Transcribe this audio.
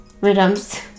rhythms